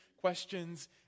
questions